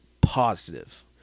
positive